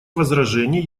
возражений